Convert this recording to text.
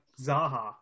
Zaha